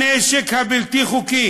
הנשק הבלתי-חוקי